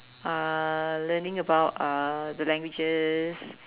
uh learning about uh the languages